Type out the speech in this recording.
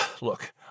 Look